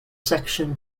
section